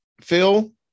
Phil